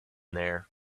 there